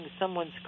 someone's